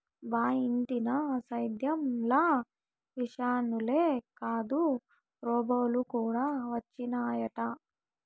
బా ఇంటినా సేద్యం ల మిశనులే కాదు రోబోలు కూడా వచ్చినయట